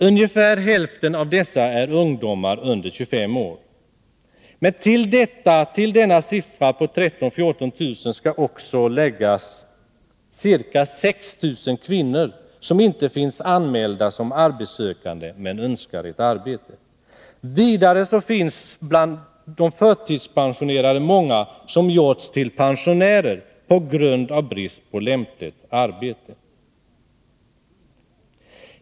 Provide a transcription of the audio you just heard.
Ungefär hälften av dessa är ungdomar under 25 år. Till antalet 13 000 å 14 000 arbetslösa skall också läggas ca 6 000 kvinnor som inte finns anmälda som arbetssökande men som önskar ett arbete. Vidare finns det bland de förtidspensionerade många som har gjorts till pensionärer på grund av brist på lämpligt arbete.